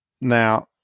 Now